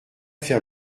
faire